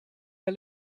der